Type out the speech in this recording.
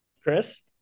chris